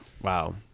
Wow